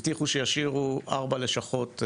הבטיחו שישאירו 4 לשכות,